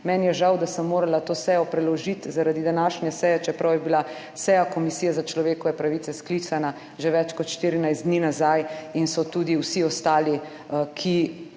Meni je žal, da sem morala to sejo preložiti zaradi današnje seje, čeprav je bila seja Komisije za človekove pravice sklicana že več kot 14 dni nazaj in so tudi vsi ostali, ki